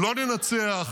לא ננצח,